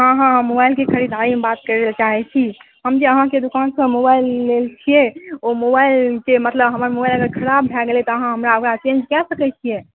हँ हँ मोबाइल के खरीददारी लए बात करै लए चाहै छी हम जे अहाँकेँ दोकानसँ मोबाइल लेने छियै ओ मोबाइल मतलब हमर मोबाइल खराब भए गेल तऽ अहाँ हमरा ओकरा चेन्ज कए सकै छियै